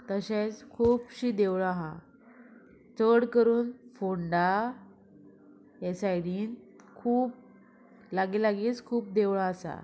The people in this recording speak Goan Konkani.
तशेंच खुबशीं देवळां आसा चड करून फोंडा हे सायडीन खूब लागीं लागींच खूब देवळां आसा